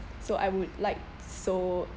so I would like so